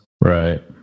Right